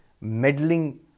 meddling